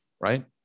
right